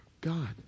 God